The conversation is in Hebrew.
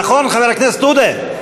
נכון, חבר הכנסת עודה?